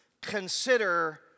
consider